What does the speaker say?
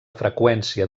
freqüència